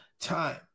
time